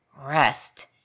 rest